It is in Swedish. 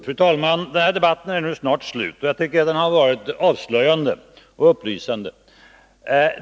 Fru talman! Den här debatten är snart slut. Jag tycker att den har varit avslöjande och belysande.